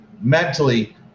mentally